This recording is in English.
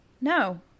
No